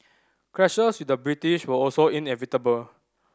clashes with the British were also inevitable